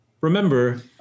remember